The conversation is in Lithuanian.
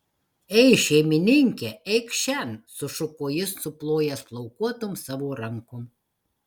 ei šeimininke eik šen sušuko jis suplojęs plaukuotom savo rankom